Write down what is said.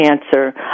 cancer